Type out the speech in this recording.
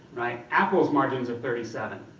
apple's margins are thirty seven.